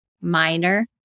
minor